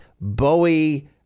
Bowie